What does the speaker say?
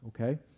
Okay